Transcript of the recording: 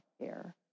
care